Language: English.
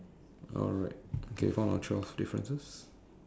alright okay found our twelve differences